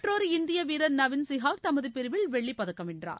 மற்றொரு இந்திய வீரர் நவீன் சிஹாக் தமது பிரிவில் வெள்ளிப் பதக்கம் வென்றார்